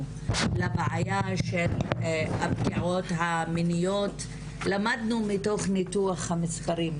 לבעיה של הפגיעות המיניות למדנו מתוך ניתוח המספרים,